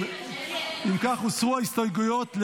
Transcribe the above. אם כך, הוסרו ההסתייגויות.